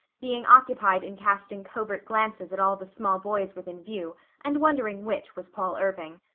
being occupied in casting covert glances at all the small boys within view and wondering which was paul irving.